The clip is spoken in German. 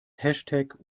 hashtag